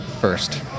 first